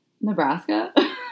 Nebraska